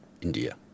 India